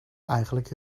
eigenlijk